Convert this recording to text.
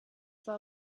war